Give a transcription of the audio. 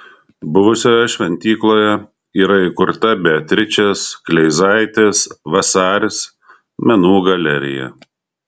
buvusioje šventykloje yra įkurta beatričės kleizaitės vasaris menų galerija